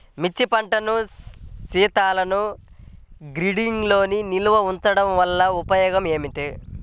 మిర్చి పంటను శీతల గిడ్డంగిలో నిల్వ ఉంచటం వలన ఉపయోగం ఏమిటి?